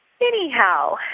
anyhow